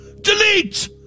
delete